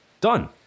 done